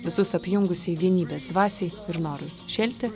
visus apjungusiai vienybės dvasiai ir norui šėlti